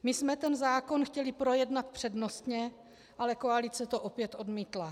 My jsme tento zákon chtěli projednat přednostně, ale koalice to opět odmítla.